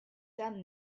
done